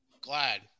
glad